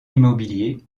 immobilier